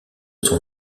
son